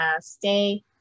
stay